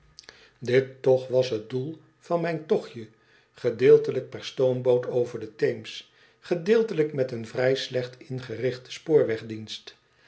dit toch was het doel van mijn tochtje gedeeltelijk per stoomboot over den teems gedeeltelijk met een vrij slecht ingerichten spoorwegdienst